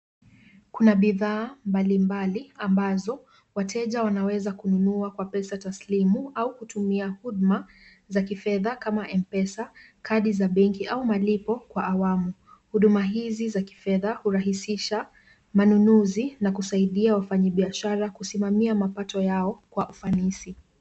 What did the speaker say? Kuna bidhaa mbalimbali ambazo wateja wanaweza kununua kwa pesa taslimu au kutumia huduma za kifedha kama Mpesa, kadi za benki au malipo kwa awamu ,huduma hizi za kifedha urahizisha manunuzi na kusaidia wafanyibiashara kusimamia mapato yao kwa ufanisi .